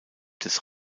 des